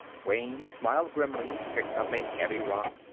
wayne smiled grimly, picked up a heavy rock,